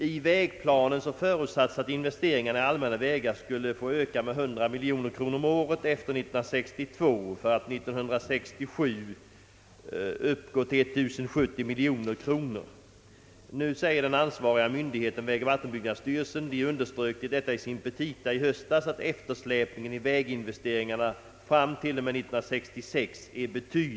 I vägplanen har förutsatts att investeringar i allmänna vägar skulle få öka med 100 miljoner kronor om året efter 1962, så att de 1967 uppgår till 1070 miljoner kronor. Den ansvariga myndigheten, vägoch vattenbyggnadsstyrelsen, underströk i sina petita i höstas att eftersläpningen i väginvesteringarna fram till och med 1966 är betydande.